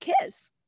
Kiss